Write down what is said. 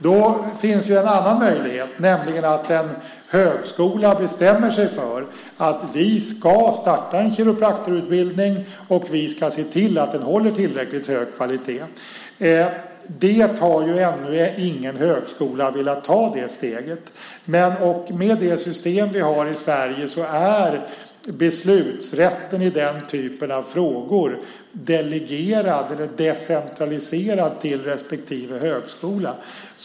Då finns en annan möjlighet, nämligen att en högskola bestämmer sig för att starta en kiropraktorutbildning och se till att den håller tillräckligt hög kvalitet. Det steget har ännu ingen högskola velat ta. Med det system vi har i Sverige är beslutsrätten i den typen av frågor decentraliserad till respektive högskola.